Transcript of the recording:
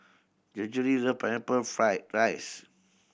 Gregory love Pineapple Fried rice